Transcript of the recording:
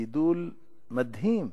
גידול מדהים.